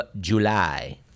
July